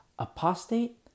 apostate